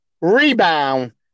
rebound